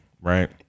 Right